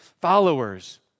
followers